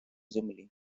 землі